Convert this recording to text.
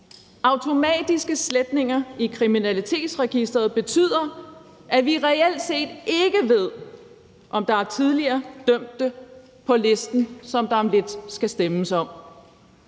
Automatiske sletninger i Kriminalregisteret betyder, at vi reelt set ikke ved, om der er tidligere dømte på listen, som der om lidt skal stemmes om.